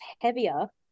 heavier